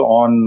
on